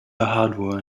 bahadur